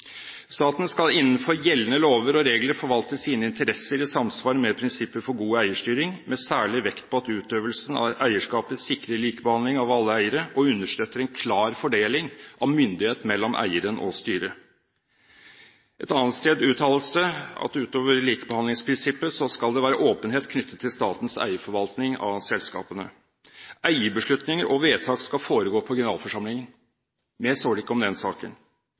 Staten skal innenfor gjeldende lover og regler forvalte sine interesser i samsvar med prinsippet for god eierstyring, med særlig vekt på at utøvelsen av eierskapet sikrer likebehandling av alle eiere og understøtter en klar fordeling av myndighet mellom eieren og styret. Et annet sted uttales det at utover likebehandlingsprinsippet skal det være åpenhet knyttet til statens eierforvaltning av selskapene. Eierbeslutninger og vedtak skal foregå på generalforsamlingen. Mer står det ikke om den saken.